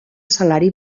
salari